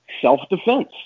self-defense